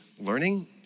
learning